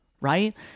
Right